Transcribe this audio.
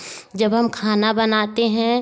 जब हम खाना बनाते हैं